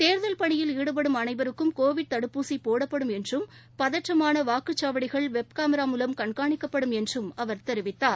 தேர்தல் பணியில் ஈடுபடும் அனைவருக்கும் கோவிட் தடுப்பூசி போடப்படும் என்றும் பதற்றமான வாக்குச்சாவடிகள் வெப் கேமிரா மூலம் கண்காணிக்கப்படும் என்றும் அவர் தெரிவித்தார்